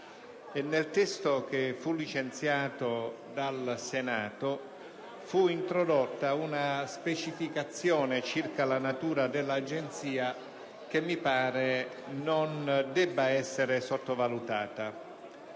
nel testo che fu licenziato dal Senato fu introdotta una specificazione circa la natura dell'Agenzia, che mi pare non debba essere sottovalutata.